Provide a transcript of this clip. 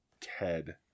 ted